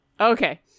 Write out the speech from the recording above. okay